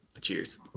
Cheers